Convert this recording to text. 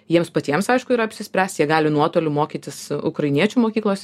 jiems patiems aišku ir apsispręst jie gali nuotoliu mokytis ukrainiečių mokyklos